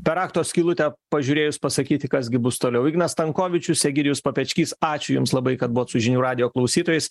per rakto skylutę pažiūrėjus pasakyti kas gi bus toliau ignas stankovičius egidijus papečkys ačiū jums labai kad buvot su žinių radijo klausytojais